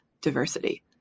diversity